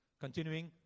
Continuing